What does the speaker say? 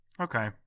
Okay